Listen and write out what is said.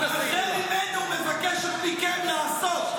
השר, אמרת: רחל אימנו מבקשת מכם לעשות.